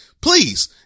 Please